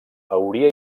hauria